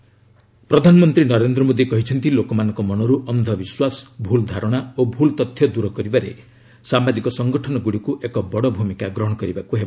PM corona ପ୍ରଧାନମନ୍ତ୍ରୀ ନରେନ୍ଦ୍ର ମୋଦୀ କହିଛନ୍ତି ଲୋକମାନଙ୍କ ମନରୁ ଅନ୍ଧ ବିଶ୍ୱାସ ଭୁଲ ଧାରଣା ଓ ଭୁଲ୍ ତଥ୍ୟ ଦୂର କରିବାରେ ସାମାଜିକ ସଂଗଠନଗୁଡ଼ିକୁ ଏକ ବଡ଼ ଭୂମିକା ଗ୍ରହଣ କରିବାକୁ ହେବ